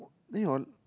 then your